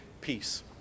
Peace